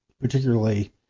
particularly